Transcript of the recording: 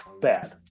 bad